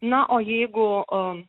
na o jeigu